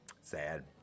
Sad